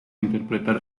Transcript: interpretar